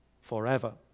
forever